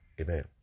Amen